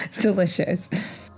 delicious